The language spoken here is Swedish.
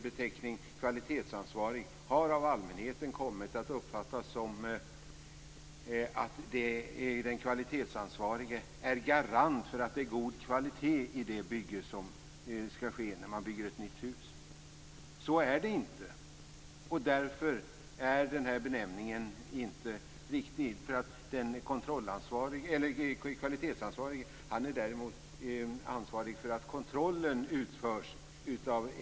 Beteckningen kvalitetsansvarig har av allmänheten kommit att uppfattas så att den kvalitetsansvarige är garant för att det är god kvalitet när man bygger ett nytt hus. Så är det inte. Därför är den här benämningen inte riktig. Den kvalitetsansvarige är ansvarig för att kontrollen utförs.